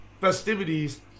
festivities